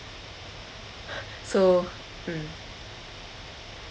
so mm